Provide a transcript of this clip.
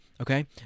okay